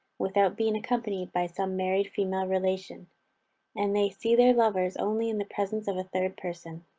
without being accompanied by some married female relation and they see their lovers only in the presence of a third person.